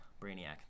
Brainiac